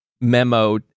memo